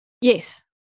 yes